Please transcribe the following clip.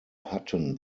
hatten